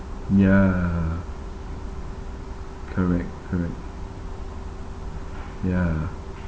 ya correct correct ya